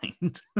mind